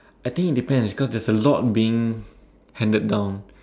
I think it depends cause there's a lot being handed down